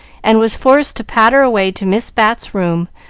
and was forced to patter away to miss bat's room,